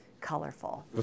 colorful